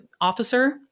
officer